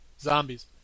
Zombies